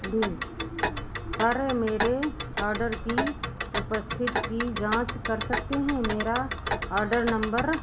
bill पर मेरे order की उपस्थिति की जाँच कर सकते हैं मेरा आर्डर नंबर